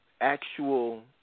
Actual